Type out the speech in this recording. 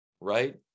right